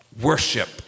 worship